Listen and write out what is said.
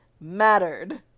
mattered